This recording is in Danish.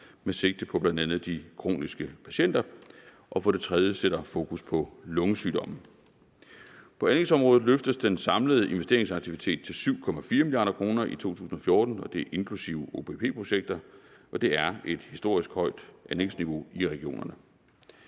med sigte på bl.a. de kroniske patienter og for det tredje sætte fokus på lungesygdomme. På anlægsområdet løftes niveauet for den samlede investeringsaktivitet til 7,4 mia. kr. i 2014, og det er inklusive OPP-projekter. Det er et historisk højt anlægsniveau i regionerne.